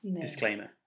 disclaimer